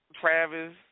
Travis